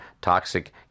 toxic